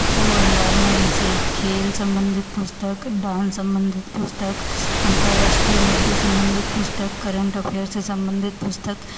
पुस्तक भंडार में जैसे खेल संबंधित पुस्तक डांस संबंधित पुस्तक अंतर्राष्ट्रीय मुध्य संबंधित पुस्तक करंट अफ़ेयर से संबंधित पुस्तक